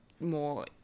more